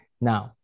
Now